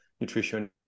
nutrition